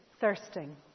thirsting